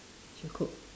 she'll cook